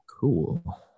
cool